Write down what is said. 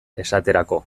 esaterako